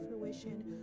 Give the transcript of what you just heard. fruition